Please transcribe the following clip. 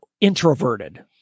introverted